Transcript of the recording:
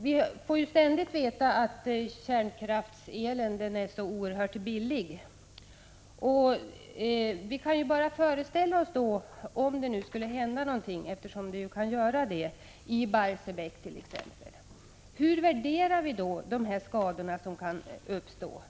Vi får ju ständigt höra att kärnkraftselen är så oerhört billig. Om vi föreställer oss att det skulle hända någonting - eftersom det ju kan göra det i Barsebäck t.ex., hur värderar man då de skador som kan uppstå?